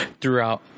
throughout